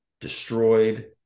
destroyed